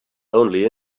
only